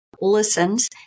listens